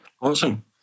Awesome